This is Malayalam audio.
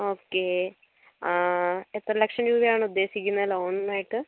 ഓക്കേ എത്ര ലക്ഷം രൂപയാണ് ഉദ്ദേശിക്കുന്നത് ലോണിനായിട്ട്